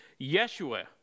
Yeshua